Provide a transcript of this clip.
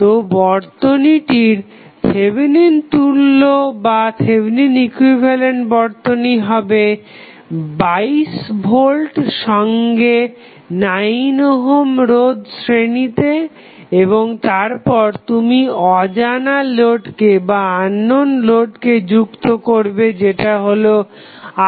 তো বর্তনীটির থেভেনিন তুল্য বর্তনী হবে 22 ভোল্ট সঙ্গে 9 ওহম রোধ শ্রেণীতে এবং তারপর তুমি অজানা লোডকে যুক্ত করবে যেটা হলো RL